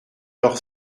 leur